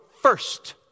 first